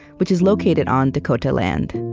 which is located on dakota land.